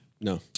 No